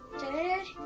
Dad